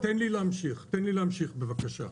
תן לי להמשיך, בבקשה.